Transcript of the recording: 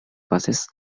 passes